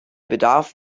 bedarf